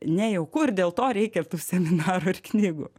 nejauku ir dėl to reikia tų seminarų ir knygų